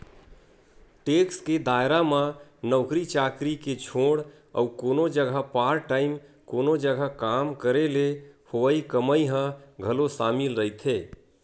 tax के दायरा म नौकरी चाकरी के छोड़ अउ कोनो जघा पार्ट टाइम कोनो जघा काम करे ले होवई कमई ह घलो सामिल रहिथे